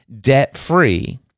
debt-free